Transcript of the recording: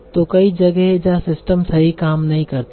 तो कई जगह हैं जहां सिस्टम सही काम नही करते हैं